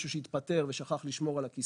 היה עכשיו מישהו שהתפטר ושכח לשמור על הכיסוי,